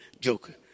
joker